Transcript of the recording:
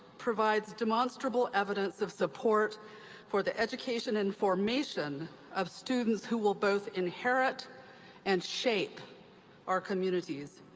provides demonstrable evidence of support for the education and formation of students who will both inherit and shape our communities,